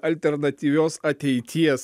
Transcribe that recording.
alternatyvios ateities